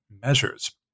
measures